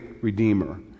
Redeemer